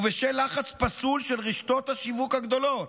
ובשל לחץ פסול של רשתות השיווק הגדולות.